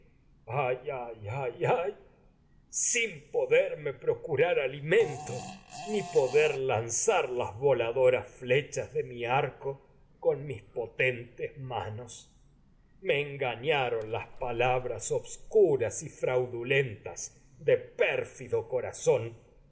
mi moriré ayay ayay sin poderme procurar alimen to ni poder lanzar las voladoras flechas de mi potentes y arco con mis manos me engañaron las palabras obs curas fraudulentas de pérfido corazón